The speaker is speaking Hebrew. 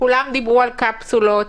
כולם דיברו על קפסולות.